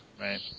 Right